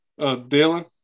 Dylan